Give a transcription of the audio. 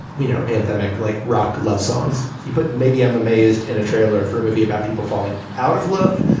you know, anthemic like rock love songs you. but maybe i'm amazed in a trailer for a movie about people falling out of love.